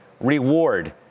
reward